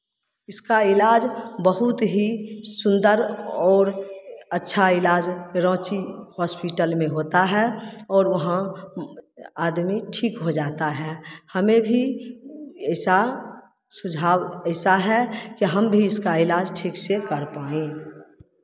इसका इलाज बहुत ही सुंदर और अच्छा इलाज राँची हॉस्पिटल में होता है और वहाँ आदमी ठीक हो जाता है हमें भी ऐसा सुझाव ऐसा है कि हम भी इसका इलाज ठीक से कर पाएँ